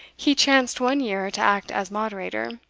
he chanced one year to act as moderator,